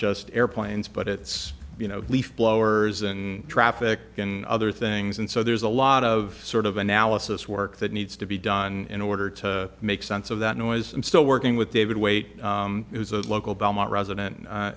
just airplanes but it's you know leaf blowers and traffic in other things and so there's a lot of sort of analysis work that needs to be done in order to make sense of that noise and still working with david wait it was a local belmont resident